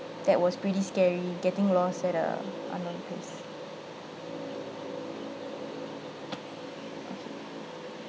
that was pretty scary getting lost at a unknown place